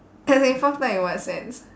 as in fucked up in what sense